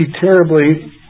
terribly